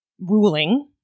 ruling